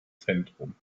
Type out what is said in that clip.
zentrum